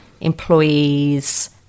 employees